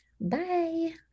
Bye